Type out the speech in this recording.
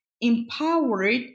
empowered